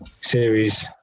series